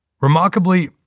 Remarkably